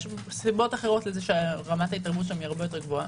יש סיבות אחרות לזה שרמת ההתערבות שם היא הרבה יותר גבוהה.